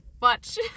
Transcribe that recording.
watch